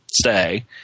stay